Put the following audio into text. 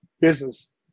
business